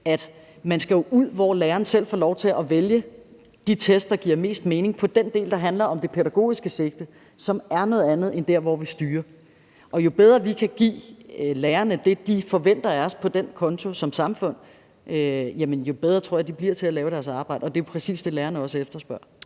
at man skal ud, hvor læreren selv får lov til at vælge de test, der giver mest mening på den del, der handler om det pædagogiske sigte, som er noget andet, end der, hvor vi styrer. Jo bedre vi som samfund kan give lærerne det, de forventer af os på den konto, jo bedre tror jeg de bliver til at udføre deres arbejde, og det er også præcis det, lærerne efterspørger.